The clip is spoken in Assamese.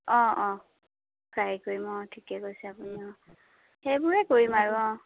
অঁ অঁ ফ্ৰাই কৰিম অঁ ঠিকেই কৈছে আপুনি সেইবোৰেই কৰিম আৰু অঁ